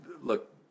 look